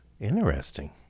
interesting